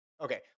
Okay